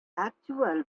actual